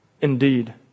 indeed